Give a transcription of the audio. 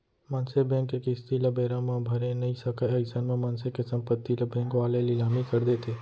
मनसे बेंक के किस्ती ल बेरा म भरे नइ सकय अइसन म मनसे के संपत्ति ल बेंक वाले लिलामी कर देथे